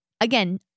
Again